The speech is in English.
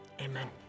Amen